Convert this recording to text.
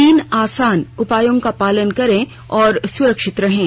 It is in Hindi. तीन आसान उपायों का पालन करे और सुरक्षित रहें